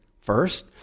First